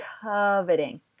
coveting